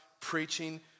preaching